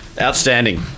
Outstanding